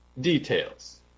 details